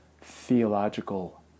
theological